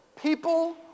people